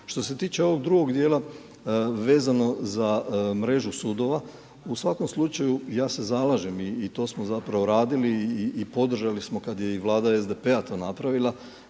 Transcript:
Što se tiče ovog drugog dijela vezano za mrežu sudova u svakom slučaju ja se zalažem i to smo zapravo radili i podržali smo kad je i Vlada SDP-a to napravila